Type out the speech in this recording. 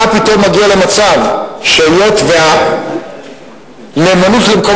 אתה פתאום מגיע למצב שהיות שהנאמנות למקום